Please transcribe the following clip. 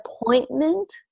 appointment